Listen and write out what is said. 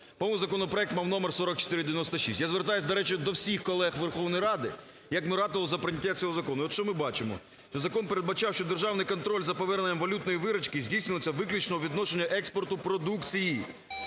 законопроект мав номер 4496. Я звертаюсь, до речі, до всіх колег Верховної Ради, як ми ратували за прийняття цього закону. І от, що ми бачимо, що закон передбачав, що державний контроль за поверненням валютної виручки здійснюється виключно у відношенні експорту продукції,